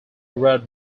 road